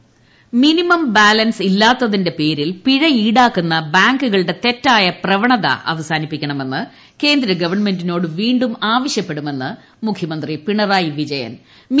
bank account minimum balance ഇല്ലാത്തതിന്റെ പേരിൽ പിഴ ഈടാക്കുന്ന ബാങ്കുകളുടെ തെറ്റായ പ്രവണത അവസാനിപ്പിക്കണമെന്ന് കേന്ദ്ര ഗവൺമെന്റിനോട് വീണ്ടും ആവശ്യപ്പെടുമെന്ന് മുഖ്യമന്ത്രി പിണ്ണറായി വിജയൻ അറിയിച്ചു